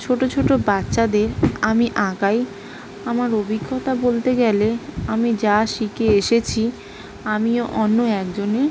ছোটো ছোটো বাচ্চাদের আমি আঁকাই আমার অভিজ্ঞতা বলতে গেলে আমি যা শিখে এসেছি আমিও অন্য একজনের